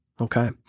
okay